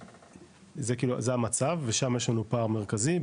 זה כאילו המצב ושם יש לנו פער מרכזי,